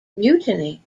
mutiny